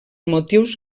motius